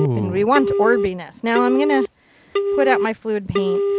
and we want orbiness. now i'm going to put out my fluid paint.